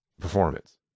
performance